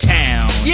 town